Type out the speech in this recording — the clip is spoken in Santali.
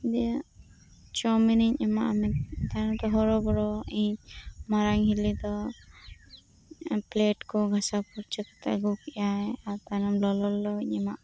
ᱫᱤᱭᱮ ᱪᱟᱣᱢᱤᱱᱤᱧ ᱮᱢᱟ ᱟᱜ ᱠᱚᱣᱟ ᱛᱟᱭᱚᱢᱛᱮ ᱦᱚᱨᱚᱵᱚᱨᱚ ᱤᱧ ᱢᱟᱨᱟᱝ ᱦᱤᱞᱤ ᱫᱚ ᱯᱞᱮᱴ ᱠᱚ ᱜᱷᱟᱥᱟᱣ ᱯᱷᱟᱨᱪᱟ ᱠᱟᱛᱮᱫ ᱟᱹᱜᱩ ᱠᱮᱫᱟᱭ ᱚᱱᱟ ᱛᱟᱭᱱᱚᱢ ᱞᱚᱞᱚᱧ ᱮᱢᱟᱫ ᱠᱚᱣᱟ